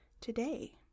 today